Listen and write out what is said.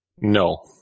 No